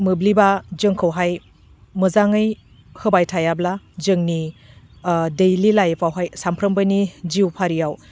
मोब्लिबा जोंखौहाय मोजाङै होबाय थायाब्ला जोंनि दैलि लाइफयावहाय साफ्रोमबोनि जिउ फारियाव